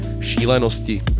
šílenosti